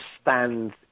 stand